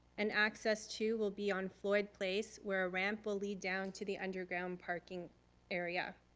and access two will be on floyd place where a ramp will lead down to the underground parking area.